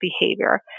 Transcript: behavior